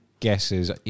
guesses